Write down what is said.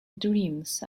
dreams